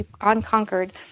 unconquered